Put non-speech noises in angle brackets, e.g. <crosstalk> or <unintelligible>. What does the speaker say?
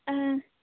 ᱦᱮᱸ <unintelligible>